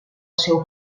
seu